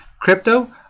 Crypto